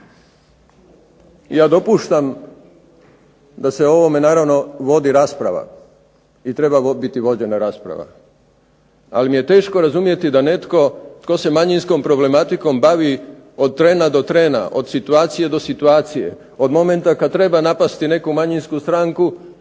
ja dopuštam da se o ovome naravno vodi rasprava i treba biti vođena rasprava, ali mi je teško razumjeti da netko tko se manjinskom problematikom bavi od trena do trena, od situacije do situacije, od momenta kad treba napasti neku manjinsku stranku